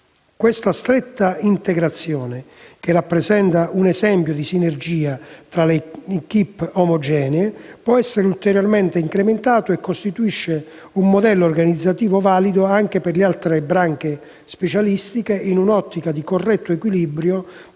Questa stretta integrazione, che rappresenta un esempio di sinergia fra *équipe* omogenee, può essere ulteriormente incrementato e costituisce un modello organizzativo valido anche per le altre branche specialistiche, in un'ottica di corretto equilibrio